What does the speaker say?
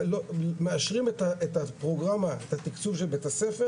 מאשרים א הפרוגרמה את התקצוב של בית-הספר